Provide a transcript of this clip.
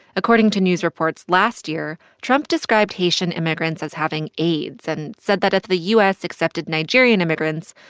according to news reports last year, trump described haitian immigrants as having aids and said that, if the u s. accepted nigerian immigrants,